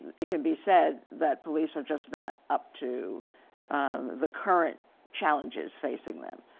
it can be said that police are just not up to the current challenges facing them.